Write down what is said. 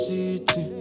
City